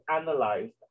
analyzed